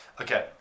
Okay